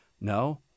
no